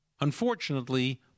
Unfortunately